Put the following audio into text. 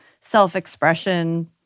self-expression